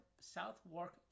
Southwark